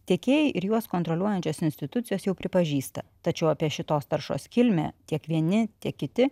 tiekėjai ir juos kontroliuojančios institucijos jau pripažįsta tačiau apie šitos taršos kilmę tiek vieni tiek kiti